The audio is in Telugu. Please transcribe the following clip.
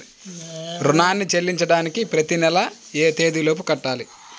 రుణాన్ని చెల్లించడానికి ప్రతి నెల ఏ తేదీ లోపు కట్టాలి?